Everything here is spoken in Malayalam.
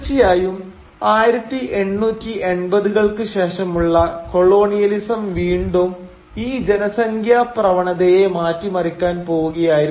തീർച്ചയായും 1880 കൾക്ക് ശേഷമുള്ള കൊളോണിയലിസം വീണ്ടും ഈ ജനസംഖ്യാ പ്രവണതയെ മാറ്റിമറിക്കാൻ പോവുകയായിരുന്നു